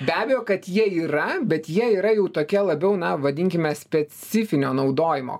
be abejo kad jie yra bet jie yra jau tokie labiau na vadinkime specifinio naudojimo